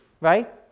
right